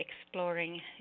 exploring